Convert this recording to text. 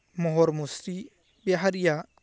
महर मुस्रि बे हारिआ